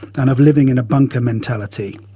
and of living in a bunker mentality.